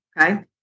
okay